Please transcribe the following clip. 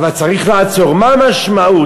אבל צריך לעצור, מה המשמעות?